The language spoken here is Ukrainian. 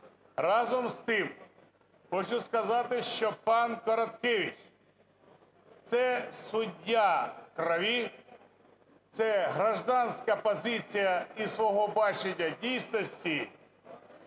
Разом з тим, хочу сказати, що пан Короткевич – це суддя …….., це гражданська позиція і свого бачення дійсності.